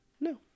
No